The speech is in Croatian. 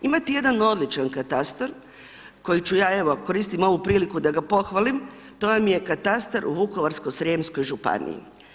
Imate jedan odličan katastar koji ću ja evo koristim ovu priliku da ga pohvalim, to vam je katastar u Vukovarsko-srijemskoj županiji.